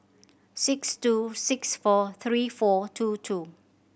six two six four three four two two